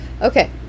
Okay